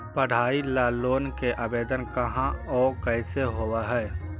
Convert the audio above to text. पढाई ल लोन के आवेदन कहा औ कैसे होब है?